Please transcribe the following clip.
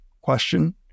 question